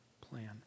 plan